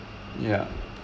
ya